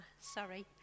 Sorry